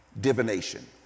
divination